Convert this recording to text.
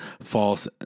false